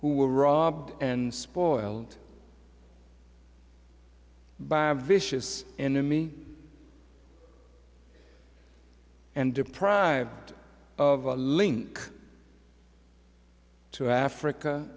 who were robbed and spoiled by a vicious enemy and deprived of our link to africa